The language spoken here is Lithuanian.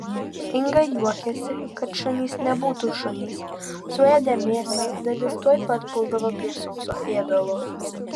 inga juokiasi kad šunys nebūtų šunys suėdę mėsą dalis tuoj pat puldavo prie sauso ėdalo